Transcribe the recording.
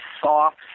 soft